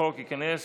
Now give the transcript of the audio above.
החוק ייכנס